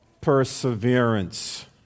perseverance